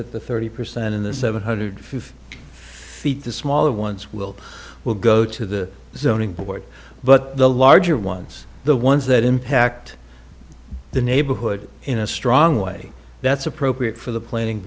it the thirty percent in the seven hundred and fifty feet the smaller ones will will go to the zoning board but the larger ones the ones that impact the neighborhood in a strong way that's appropriate for the planning